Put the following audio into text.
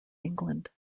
england